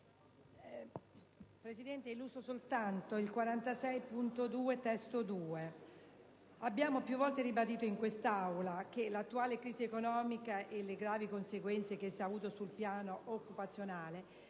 Presidente, illustro l'emendamento 46.2 (testo 2). Abbiamo più volte ribadito in quest'Aula che l'attuale crisi economica e le gravi conseguenze che essa ha avuto sul piano occupazionale